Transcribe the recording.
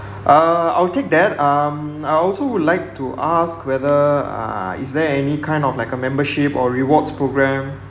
uh I'll take that um I also would like to ask whether uh is there any kind of like a membership or rewards programme